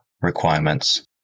requirements